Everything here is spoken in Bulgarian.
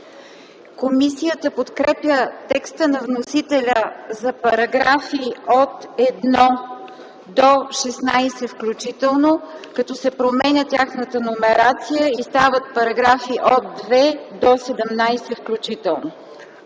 Комисията подкрепя текста на вносителя за параграфи от 1 до 16 включително, като се променя тяхната номерация и стават параграфи от 2 до 17 включително.